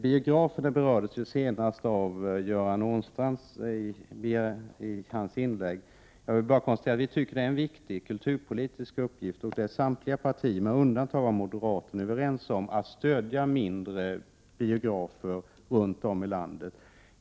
Biograferna berördes senast i Göran Åstrands inlägg. Jag vill bara konstatera att vi tycker att det är en viktig kulturpolitisk uppgift — samtliga partier med undantag för moderaterna är överens om det — att stödja mindre biografer runt om i landet.